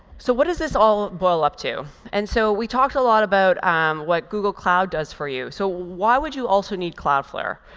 so what does this all boil up to? and so we talked a lot about what google cloud does for you. so why would you also need cloudflare?